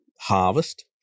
harvest